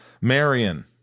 Marion